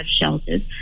shelters